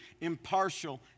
impartial